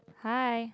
hi